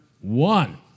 one